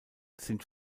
sind